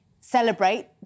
celebrate